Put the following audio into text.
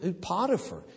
Potiphar